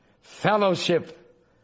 Fellowship